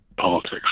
politics